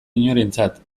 inorentzat